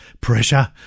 pressure